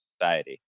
society